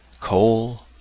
coal